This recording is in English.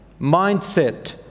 mindset